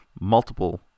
multiple